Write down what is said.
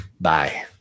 Bye